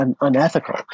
unethical